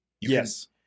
Yes